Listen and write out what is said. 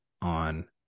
on